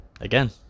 again